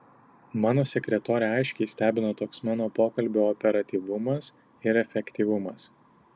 mano sekretorę aiškiai stebina toks mano pokalbio operatyvumas ir efektyvumas